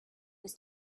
was